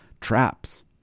traps